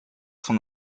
son